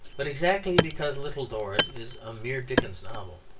but exactly because little dorrit is a mere dickens novel,